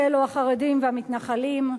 שאלו החרדים והמתנחלים.